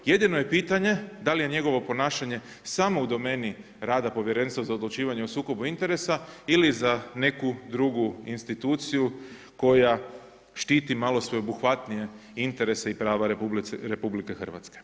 Jedino je pitanje da li je njegovo ponašanje samo u domeni rada Povjerenstva za odlučivanje o sukobu interesa ili za neku drugu instituciju koja štiti malo sveobuhvatnije interese i prava RH?